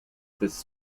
this